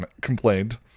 complained